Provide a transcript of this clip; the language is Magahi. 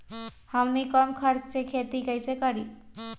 हमनी कम खर्च मे खेती कई से करी?